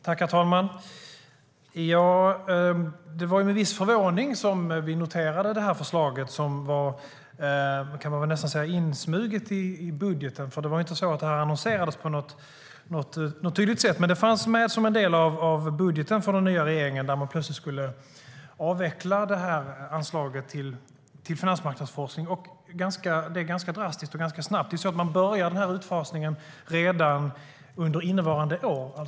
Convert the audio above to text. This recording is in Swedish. Herr talman! Det var med viss förvåning vi noterade detta förslag som var nästan insmuget i budgeten, för det annonserades inte på något tydligt sätt. I regeringens budget fanns det dock med att man plötsligt skulle avveckla anslaget till finansmarknadsforskningen, och det skulle ske ganska drastiskt och snabbt. Utfasningen börjar redan under innevarande år.